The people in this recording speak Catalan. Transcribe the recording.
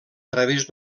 través